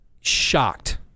shocked